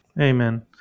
amen